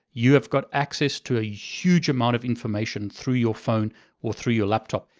you have got access to a huge amount of information through your phone or through your laptop.